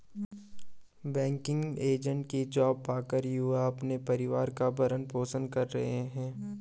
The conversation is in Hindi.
बैंकिंग एजेंट की जॉब पाकर युवा अपने परिवार का भरण पोषण कर रहे है